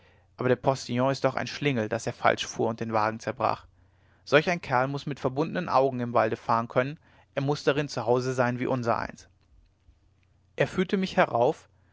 aber der postillon ist doch ein schlingel daß er falsch fuhr und den wagen zerbrach solch ein kerl muß mit verbundenen augen im walde fahren können er muß darin zu hause sein wie unsereins er führte mich herauf